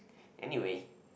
anyway